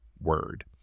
Word